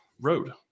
road